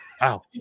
wow